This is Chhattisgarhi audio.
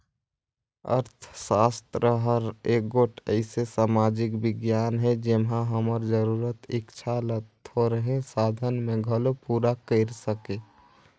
अर्थसास्त्र हर एगोट अइसे समाजिक बिग्यान हे जेम्हां हमर जरूरत, इक्छा ल थोरहें साधन में घलो पूरा कइर सके